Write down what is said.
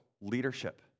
leadership